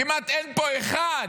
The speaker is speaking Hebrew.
כמעט אין פה אחד,